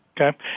Okay